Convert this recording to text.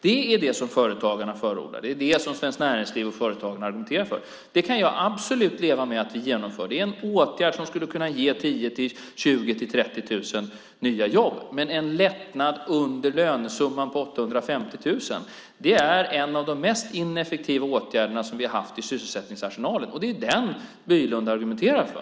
Det är det som företagarna förordar. Det är det som Svenskt Näringsliv och företagarna argumenterar för. Det kan jag absolut leva med att vi genomför. Det är en åtgärd som skulle kunna ge 10 000-30 000 nya jobb. Men en lättnad under lönesumman på 850 000 är en av de mest ineffektiva åtgärder som vi har haft i sysselsättningsarsenalen. Det är den Bolund argumenterar för.